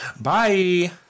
Bye